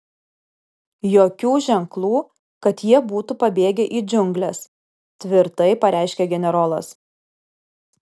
jokių ženklų kad jie būtų pabėgę į džiungles tvirtai pareiškė generolas